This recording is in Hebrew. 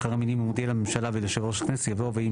אחרי המילים 'אם הודיע לממשלה וליושב ראש הכנסת' יבוא 'ואם